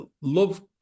love